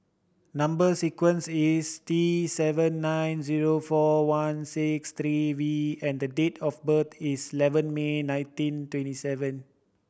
number sequence is T seven nine zero four one six three V and the date of birth is eleven May nineteen twenty seven